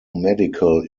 medical